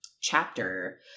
chapter